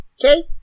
Okay